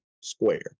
square